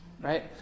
right